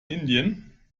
indien